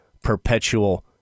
perpetual